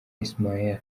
ismail